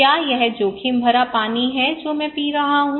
क्या यह जोखिम भरा पानी है जो मैं पी रहा हूं